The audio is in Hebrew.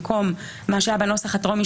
במקום מה שהיה בנוסח הטרומי,